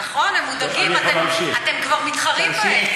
נכון, הם מודאגים, אתם כבר מתחרים בהם.